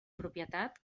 propietat